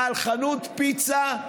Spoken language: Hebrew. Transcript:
בעל חנות פיצה,